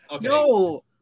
No